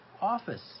office